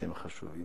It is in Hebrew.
שהם חשובים.